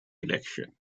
election